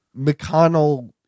McConnell